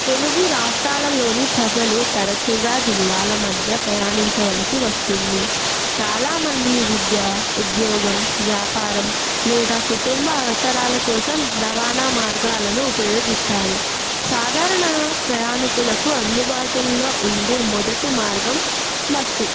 తెలుగు రాష్ట్రాలలోని ప్రజలు తరచుగా జిల్లాల మధ్య ప్రయాణించవలసి వస్తుంది చాలామంది విద్య ఉద్యోగం వ్యాపారం లేదా కుటుంబ అవసరాల కోసం రవాణా మార్గాలను ఉపయోగిస్తారు సాధారణ ప్రయాణికులకు అందుబాటుల్లో ఉండే మొదటి మార్గం బస్సు